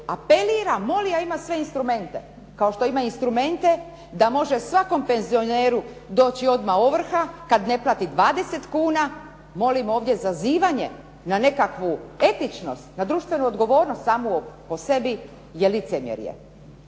apelira, moli, a ima sve instrumente, kao što ima instrumente da može svakom penzioneru doći odmah ovrha kad ne plati 20 kuna. Molim, ovdje zazivanje na nekakvu etičnost, na društvenu odgovornost samo po sebi je licemjerje.